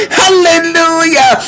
hallelujah